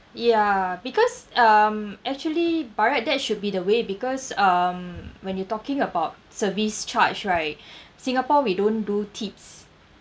ya because um actually by right that should be the way because um when you talking about service charge right singapore we don't do tips